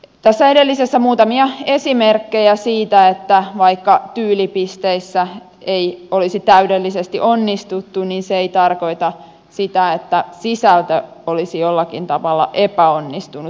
tässä edellisessä muutamia esimerkkejä siitä että vaikka tyylipisteissä ei olisi täydellisesti onnistuttu niin se ei tarkoita sitä että sisältö olisi jollakin tavalla epäonnistunut